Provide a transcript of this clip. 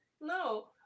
No